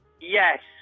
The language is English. Yes